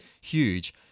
huge